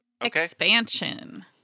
expansion